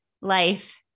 life